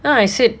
ya I said